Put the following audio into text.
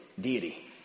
deity